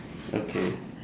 okay